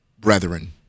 brethren